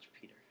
Peter